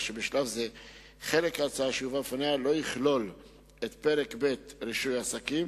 כך שבשלב זה חלק מההצעה שיובא בפניה לא יכלול את פרק ב' רישוי עסקים,